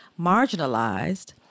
marginalized